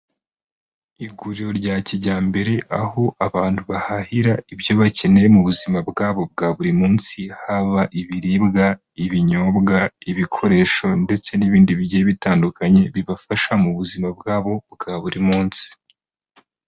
Iguriro rya kijyambere aho abantu bahahira ibyo bakeneyera mu buzima bwabo bwa buri munsi, haba ibiribwa, ibinyobwa, ibikoresho ndetse n'ibindi bitandukanye, bibafasha mu buzima bwabo bwa buri munsi.